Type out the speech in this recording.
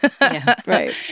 right